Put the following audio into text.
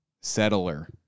settler